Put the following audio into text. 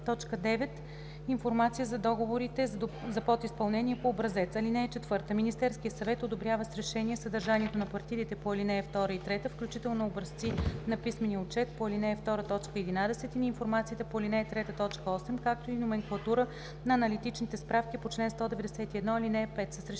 информация за договорите за подизпълнение по образец. (4) Министерският съвет одобрява с решение съдържанието на партидите по ал. 2 и 3, включително образци на писмения отчет по ал. 2, т. 11 и на информацията по ал. 3, т. 8, както и номенклатура на аналитичните справки по чл. 191, ал. 5.